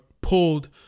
pulled